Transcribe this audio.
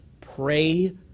pray